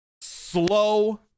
Slow